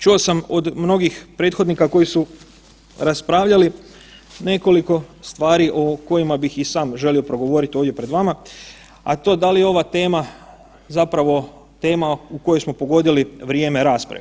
Čuo sam od mnogih prethodnika koji su raspravljali nekoliko stvari o kojima bih i sam želio progovorit ovdje pred vama, a to da li je ova tema zapravo tema u kojoj smo pogodili vrijeme rasprave?